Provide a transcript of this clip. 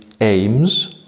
aims